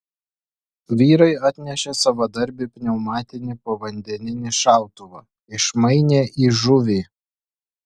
vyrai atnešė savadarbį pneumatinį povandeninį šautuvą išmainė į žuvį